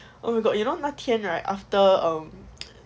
oh my god you know 那天 right after um